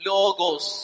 Logos